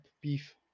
beef